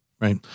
Right